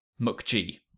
Mukji